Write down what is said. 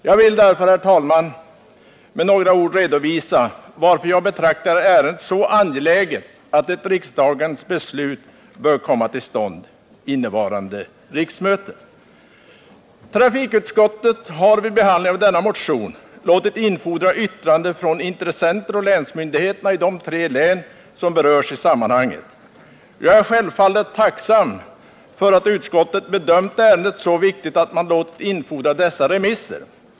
Jag vill därför, herr talman, med några ord redovisa varför jag betraktar ärendet som så angeläget att ett riksdagens beslut bör komma till stånd vid innevarande riksmöte. Trafikutskottet har vid behandlingen av denna motion låtit infordra yttrande från intressenter och länsmyndigheter i de tre län som berörs i sammanhanget. Jag är självfallet tacksam för att utskottet bedömt ärendet vara så viktigt att man infordrat dessa remisser.